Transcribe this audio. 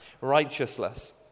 Righteousness